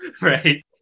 right